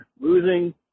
losing